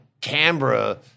Canberra